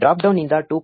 ಈಗ ಡ್ರಾಪ್ಡೌನ್ನಿಂದ 2